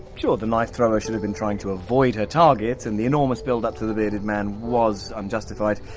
sure, the knife-thrower should have been trying to avoid her target, and the enormous build up to the bearded man was unjustified,